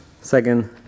second